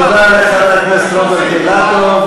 תודה לחבר הכנסת רוברט אילטוב.